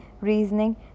reasoning